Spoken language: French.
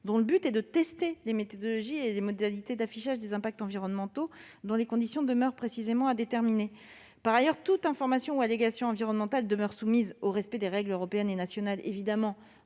dont le but est de tester des méthodologies et des modalités d'affichage des impacts environnementaux, dans des conditions qui demeurent à déterminer. Par ailleurs, toute information ou allégation environnementale demeure soumise au respect des règles européennes et nationales en